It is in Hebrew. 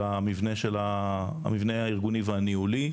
של המבנה הארגוני והניהולי.